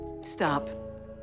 Stop